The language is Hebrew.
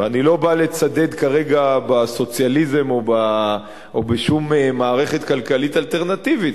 ואני לא בא לצדד כרגע בסוציאליזם או בשום מערכת כלכלית אלטרנטיבית,